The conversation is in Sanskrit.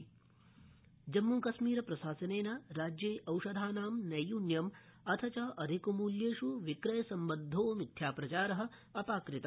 जम्मुकश्मीरे औषधम् जम्मूकश्मीरप्रशासनेन राज्ये औषधानां नैयून्यम् अथ च अधिक मूल्येष् विक्रयसम्बद्धो मिथ्या प्रचार अ ाकृत